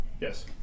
Yes